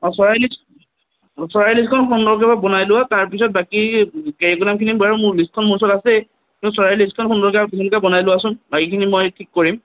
অ' চৰাই লিষ্ট চৰাইৰ লিষ্টখন সুন্দৰকৈ এবাৰ বনাই লোৱা তাৰপিছত বাকী কাৰিকুলামখিনি বাৰু মোৰ লিষ্টখন মোৰ ওচৰত আছে কিন্তু চৰাই লিষ্টখন সুন্দৰকৈ বনাই লোৱাচোন বাকীখিনি মই ঠিক কৰিম